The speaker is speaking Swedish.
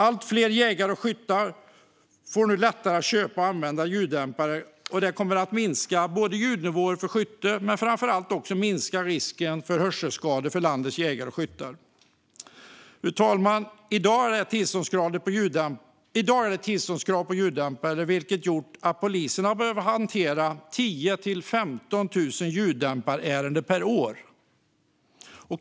Att fler jägare och skyttar nu får det lättare att köpa och använda ljuddämpare kommer att minska ljudnivåerna vid skytte och framför allt minska risken för hörselskador för landets jägare och skyttar. Fru talman! I dag är det tillståndskrav på ljuddämpare, vilket gjort att polisen har behövt hantera 10 000-15 000 ljuddämparärenden per år.